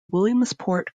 williamsport